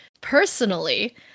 personally